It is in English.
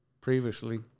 previously